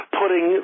putting